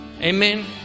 amen